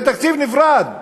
זה תקציב נפרד.